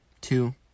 two